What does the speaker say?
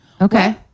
Okay